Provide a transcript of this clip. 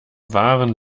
wahren